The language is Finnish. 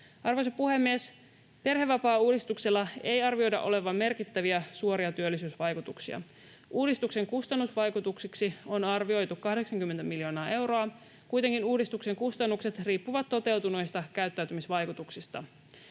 Arvoisa puhemies! Perhevapaauudistuksella ei arvioida olevan merkittäviä suoria työllisyysvaikutuksia. Uudistuksen kustannusvaikutuksiksi on arvioitu 80 miljoonaa euroa, kuitenkin uudistuksen kustannukset riippuvat toteutuneista käyttäytymisvaikutuksista.